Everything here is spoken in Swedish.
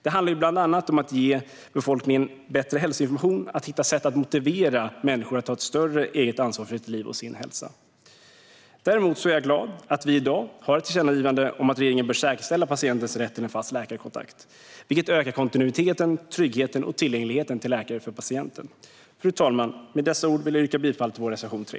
Det handlar bland annat om att ge befolkningen bättre hälsoinformation och hitta sätt att motivera människor att ta ett större eget ansvar för sitt liv och sin hälsa. Däremot är jag glad att vi i dag har ett tillkännagivande om att regeringen bör säkerställa patientens rätt till en fast läkarkontakt, vilket ökar kontinuiteten, tryggheten och tillgängligheten till läkare för patienten. Fru talman! Med dessa ord vill jag yrka bifall till reservation 3.